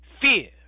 fear